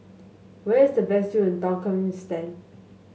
where is the best view in Turkmenistan